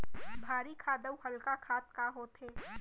भारी खाद अऊ हल्का खाद का होथे?